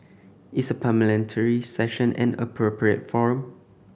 is a Parliamentary Session an appropriate forum